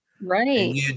Right